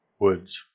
woods